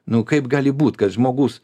nu kaip gali būt kad žmogus